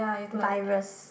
virus